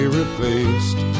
replaced